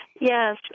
Yes